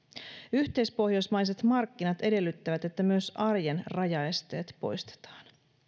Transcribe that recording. yhteispohjoismaiset markkinat edellyttävät että myös arjen rajaesteet poistetaan